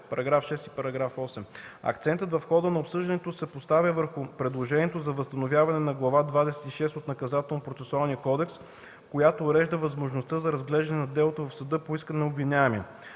Акцентът в хода на обсъждането се постави върху предложението за възстановяване на Глава 26 от Наказателно-процесуалния кодекс, която урежда възможността за разглеждане на делото в съда по искане на обвиняемия,